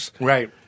Right